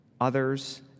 Others